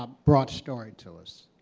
ah brought story to us.